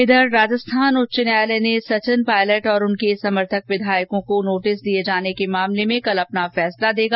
इधर राजस्थान उच्च न्यायालय ने सचिन पायलट और उनके समर्थक विधायकों को नोटिस दिये जाने के मामले में कल अपना फैसला देगा